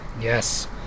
yes